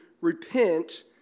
repent